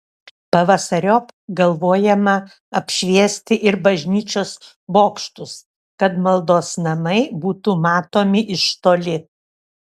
pavasariop galvojama apšviesti ir bažnyčios bokštus kad maldos namai būtų matomi iš toli